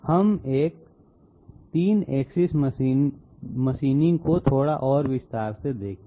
अब हम 3 axis machining को थोड़ा और विस्तार से देखें